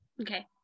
okay